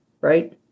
right